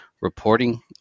reporting